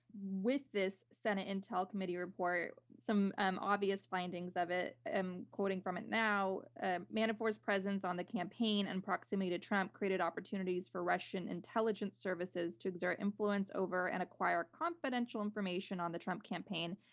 with this senate intel committee report, some obvious findings of it, i'm quoting from it now ah manafort's presence on the campaign and proximity to trump created opportunities for russian intelligence services to exert influence over and acquire confidential information on the trump campaign.